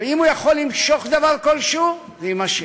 ואם הוא יכול למשוך דבר כלשהו, זה יימשך.